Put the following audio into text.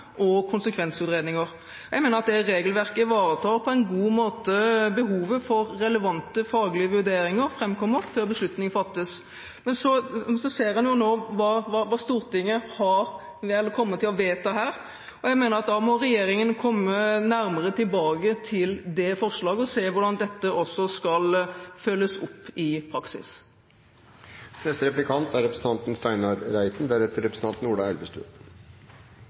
og konsekvensutredninger. Jeg mener at det regelverket ivaretar på en god måte behovet for at relevante faglige vurderinger framkommer før beslutning fattes. Men så ser en jo nå hva Stortinget kommer til å vedta her. Da mener jeg at regjeringen må komme nærmere tilbake til det forslaget og se hvordan dette også skal følges opp i praksis. Forskrift om rammer for vannforvaltningen er